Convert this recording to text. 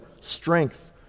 strength